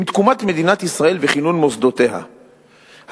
עם תקומת מדינת ישראל וכינון מוסדותיה הצדקה